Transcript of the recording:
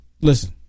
Listen